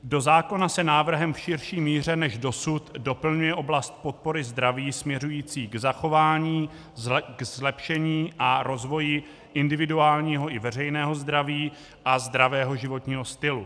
Do zákona se návrhem v širší míře než dosud doplňuje oblast podpory zdraví směřující k zachování, zlepšení a rozvoji individuálního i veřejného zdraví a zdravého životního stylu.